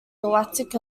galactic